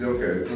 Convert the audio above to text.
Okay